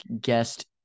guest